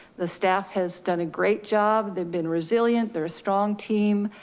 the staff has done a great job. they've been resilient. they're a strong team.